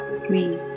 three